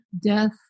death